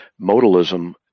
Modalism